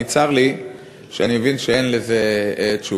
צר לי שאני מבין שאין לזה תשובה,